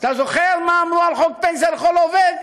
אתה זוכר מה אמרו על חוק פנסיה לכל עובד?